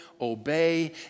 obey